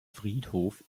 friedhof